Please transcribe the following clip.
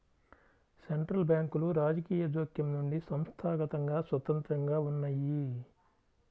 central బ్యాంకులు రాజకీయ జోక్యం నుండి సంస్థాగతంగా స్వతంత్రంగా ఉన్నయ్యి